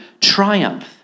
triumph